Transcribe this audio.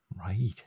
Right